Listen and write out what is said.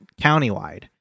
countywide